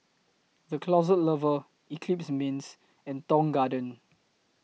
The Closet Lover Eclipse Mints and Tong Garden